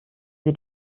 sie